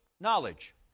knowledge